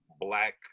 black